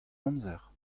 amzer